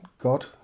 God